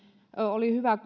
oli hyvä